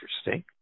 interesting